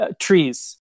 trees